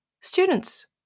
students